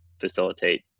facilitate